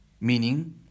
Meaning